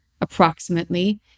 approximately